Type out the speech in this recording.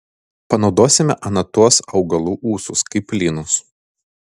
panaudosime ana tuos augalų ūsus kaip lynus